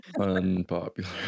unpopular